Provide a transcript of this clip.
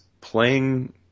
playing